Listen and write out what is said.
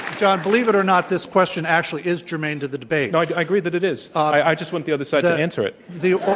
john, believe it or not, this question actually is germane to the debate. i agree that it is. i just want the other side to answer it. i'll